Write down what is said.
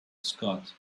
scott